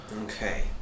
Okay